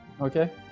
Okay